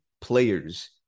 players